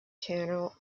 channel